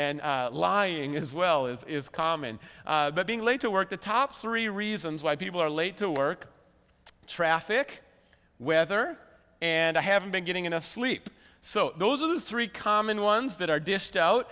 and lying as well as is common but being late to work the top three reasons why people are late to work traffic weather and i haven't been getting enough sleep so those are the three common ones that are dished out